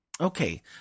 Okay